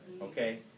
Okay